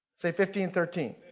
fifteen thirteen.